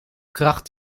kracht